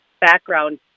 background